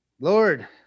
lord